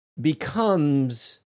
becomes